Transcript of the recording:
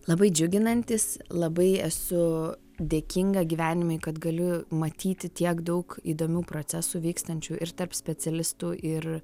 labai džiuginantys labai esu dėkinga gyvenimui kad galiu matyti tiek daug įdomių procesų vykstančių ir tarp specialistų ir